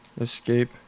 Escape